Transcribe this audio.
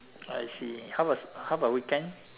I see how about how about weekend